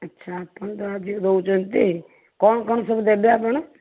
ଆଚ୍ଛା ଆପଣ ତ ଆଜି ଦେଉଛନ୍ତି କ'ଣ କ'ଣ ସବୁ ଦେବେ ଆପଣ